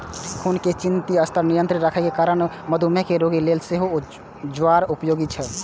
खून मे चीनीक स्तर नियंत्रित राखै के कारणें मधुमेह के रोगी लेल सेहो ज्वार उपयोगी छै